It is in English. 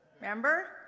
remember